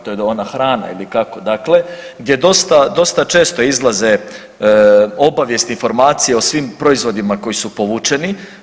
To je ona hrana ili kako dakle gdje dosta često izlaze obavijesti, informacije o svim proizvodima koji su povućeni.